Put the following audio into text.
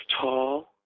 tall